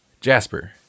Jasper